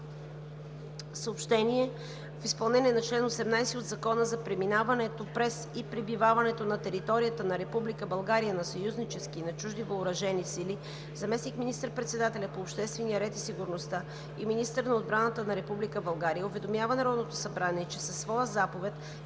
отбрана. В изпълнение на чл. 18 от Закона за преминаването през и пребиваването на територията на Република България на съюзнически и на чужди въоръжени сили, заместник министър-председателят по обществения ред и сигурността и министър на отбраната на Република България уведомява Народното събрание, че със своя заповед